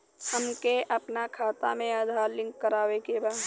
हमके अपना खाता में आधार लिंक करावे के बा?